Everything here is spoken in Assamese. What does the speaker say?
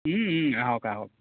আহক আহক